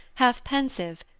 half pensive,